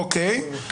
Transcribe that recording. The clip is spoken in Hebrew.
אוקיי.